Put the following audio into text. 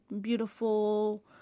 beautiful